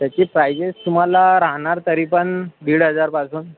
त्याची प्रायजेस तुम्हाला राहणार तरी पण दीड हजारपासून